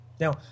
Now